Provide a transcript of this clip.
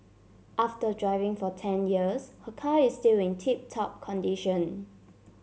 after driving for ten years her car is still in tip top condition